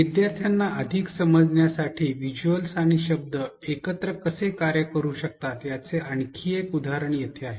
विद्यार्थ्यांना अधिक समजण्यासाठी व्हिज्युअल आणि शब्द एकत्र कसे कार्य करू शकतात याचे आणखी एक उदाहरण येथे आहे